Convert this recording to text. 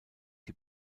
die